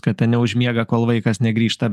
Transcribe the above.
kad ten neužmiega kol vaikas negrįžta